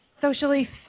socially